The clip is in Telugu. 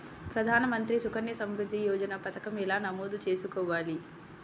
ప్రధాన మంత్రి సుకన్య సంవృద్ధి యోజన పథకం ఎలా నమోదు చేసుకోవాలీ?